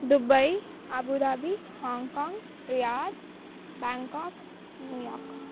Dubai Abu Dhabi Hong Kong Riyadh Bangkok New York